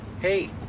Hey